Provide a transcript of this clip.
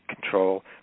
control